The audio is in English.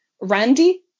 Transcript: Randy